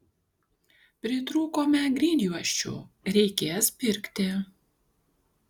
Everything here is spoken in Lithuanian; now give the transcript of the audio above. pritrūkome grindjuosčių reikės pirkti